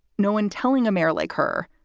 no one telling a mayor like her.